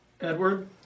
Edward